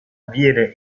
viene